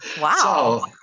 Wow